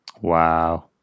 Wow